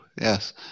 Yes